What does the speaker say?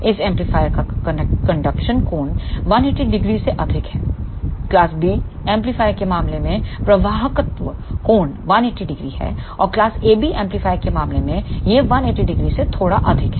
इस एम्पलीफायर का कंडक्शन कोण 180 0 से अधिक है क्लास B एम्पलीफायर के मामले में प्रवाहकत्त्व कोण 1800 है और क्लास AB एम्पलीफायर के मामले में यह 180 0से थोड़ा अधिक है